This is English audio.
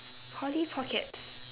polly pockets